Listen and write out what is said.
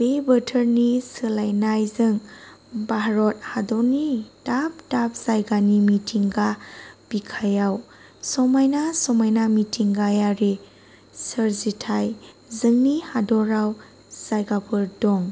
बे बोथोरनि सोलायनायजों भारत हादरनि दाब दाब जायगानि मिथिंगा बिखायाव समायना समायना मिथिंगायारि सोरजिथाय जोंनि हादराव जायगाफोर दं